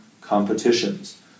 competitions